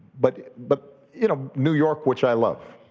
but but you know new york, which i love,